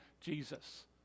jesus